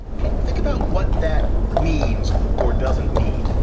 think about what that means or doesn't mean.